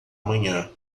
manhã